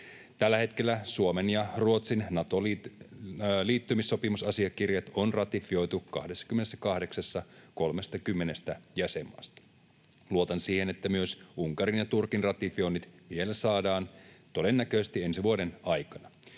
Tällä hetkellä Suomen ja Ruotsin Nato-liittymissopimusasiakirjat on ratifioitu 28:ssa 30:stä jäsenmaasta. Luotan siihen, että myös Unkarin ja Turkin ratifioinnit vielä saadaan, todennäköisesti ensi vuoden aikana.